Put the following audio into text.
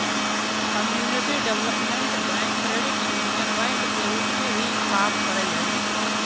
community development bank credit union bank के रूप में भी काम करऽ हइ